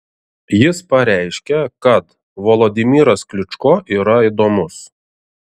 jis pareiškė kad volodymyras klyčko yra įdomus